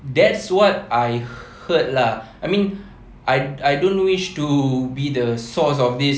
that's what I heard lah I mean I I don't wish to be the source of this